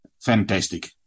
Fantastic